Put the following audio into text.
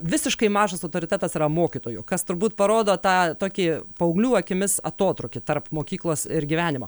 visiškai mažas autoritetas yra mokytojo kas turbūt parodo tą tokį paauglių akimis atotrūkį tarp mokyklos ir gyvenimo